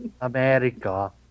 America